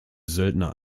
söldner